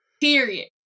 Period